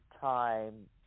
time